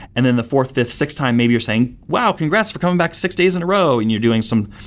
and then the fourth, fifth, sixth time, maybe you're saying, wow, congrats for coming back six days in a row, and you're doing some,